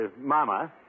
Mama